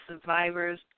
survivors